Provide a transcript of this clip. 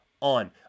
on